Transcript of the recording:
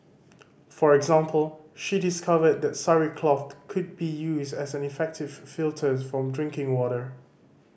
for example she discovered that sari cloth could be used as an effective filter for drinking water